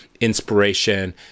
inspiration